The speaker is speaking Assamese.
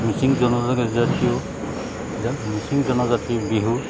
মিচিং জনজাতীয় যে মিচিং জনজাতিৰ বিহু